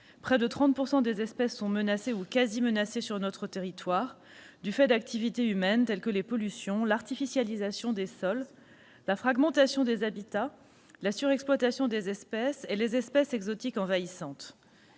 Près de 30 % des espèces sont menacées ou quasi menacées sur notre territoire du fait d'activités humaines - pollutions, artificialisation des sols, fragmentation des habitats, surexploitation des espèces -et du développement d'espèces exotiques envahissantes.